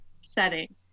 setting